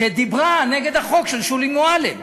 שדיברה נגד החוק של שולי מועלם.